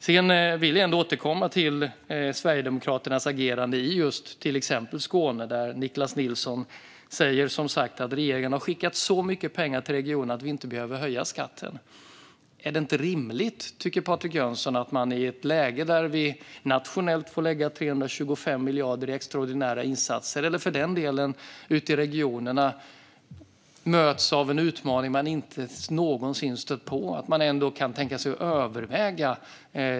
Jag vill återkomma till Sverigedemokraternas agerande i till exempel Skåne. Där säger Niclas Nilsson som sagt att regeringen har skickat så mycket pengar till regionen att regionen inte behöver höja skatten. Tycker inte Patrik Jönsson att det är rimligt att man åtminstone kan tänka sig att överväga skattejusteringar? Det sker ju i ett läge där vi nationellt får lägga 325 miljarder i extraordinära insatser och där man i regionerna möts av en utmaning man inte någonsin stött på.